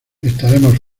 estaremos